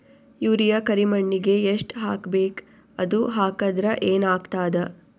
Urea ಕರಿಮಣ್ಣಿಗೆ ಎಷ್ಟ್ ಹಾಕ್ಬೇಕ್, ಅದು ಹಾಕದ್ರ ಏನ್ ಆಗ್ತಾದ?